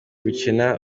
gukina